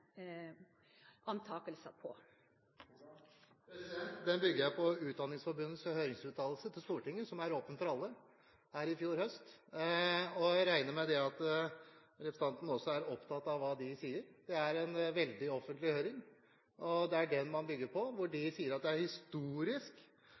på? De bygger jeg på Utdanningsforbundets høringsuttalelse til Stortinget i fjor høst, som er åpen for alle, og jeg regner med at representanten også er opptatt av hva Utdanningsforbundet sier. Det er en svært offentlig høring, og det er den man bygger på, hvor